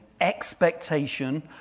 expectation